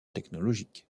technologique